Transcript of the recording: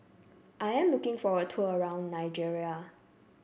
I am looking for a tour around Nigeria